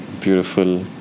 beautiful